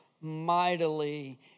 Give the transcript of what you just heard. mightily